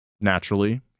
naturally